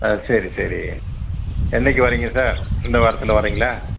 ஆ சரி சரி என்னைக்கு வரீங்க சார் இந்த வாரத்தில் வரீங்களா